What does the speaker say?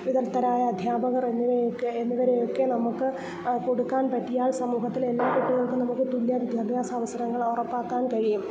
വിദഗ്ധരായ അധ്യാപകർ എന്നിവയൊക്കെ എന്നിവരെയൊക്കെ നമുക്ക് കൊടുക്കാൻപറ്റിയാൽ സമൂഹത്തിലെ എല്ലാ കുട്ടികൾക്കും നമുക്ക് തുല്യ വിദ്യാഭ്യാസ അവസരങ്ങൾ ഉറപ്പാക്കാൻ കഴിയും